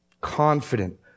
Confident